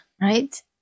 right